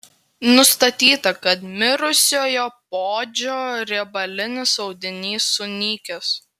nustatyta kad mirusiojo poodžio riebalinis audinys sunykęs